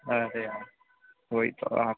अरे यार वही तो आप